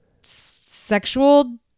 sexual